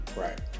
Right